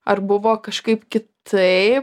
ar buvo kažkaip kitaip